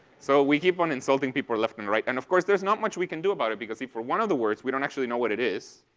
so we keep on insulting people left and right, and of course there's not much we can do about it because, see, for one of the words we don't actually know what it is.